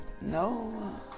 No